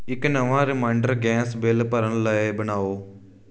ਇੱਕ ਨਵਾਂ reminder gas bill ਭਰਨ ਲਈ ਬਣਾਓ